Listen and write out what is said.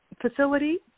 facility